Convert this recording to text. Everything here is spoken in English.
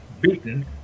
beaten